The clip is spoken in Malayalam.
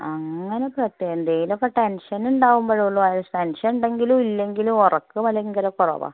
അങ്ങനെ പ്രത്യേ എന്തെങ്കിലുമൊക്കെ ടെൻഷൻ ഉണ്ടാവുമ്പോഴേ ഉളളൂ ടെൻഷൻ ഉണ്ടെങ്കിലും ഇല്ലെങ്കിലും ഒറക്കം ഭയങ്കര കുറവാണ്